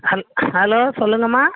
ஹல் ஹலோ சொல்லுங்கம்மா